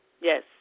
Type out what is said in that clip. yes